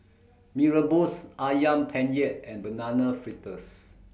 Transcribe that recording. Mee Rebus Ayam Penyet and Banana Fritters